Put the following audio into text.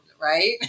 right